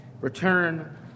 Return